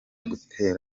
guterera